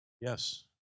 Yes